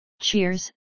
Cheers